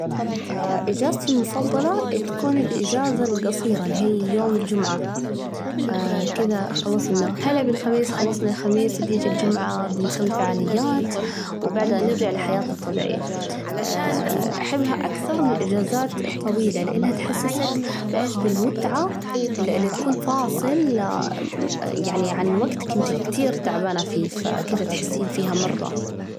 إجازتي المفضلة تكون الإجازة الجصيرة، اللي هي يوم الجمعة، كذا خلصنا هلا بالخميس، خلصنا الخميس بيجي الجمعة بنسوي فعاليات، وبعدها نرجع لحياتنا الطبيعية، أحبها أكثر من الإجازات الطويلة، لأنها تحسسك بإيش ؟بالمتعة اللي تكون فاصل يعني عن وجت كنت كتير تعبانة فيه، فكده تحسين فيها مرة.